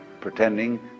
pretending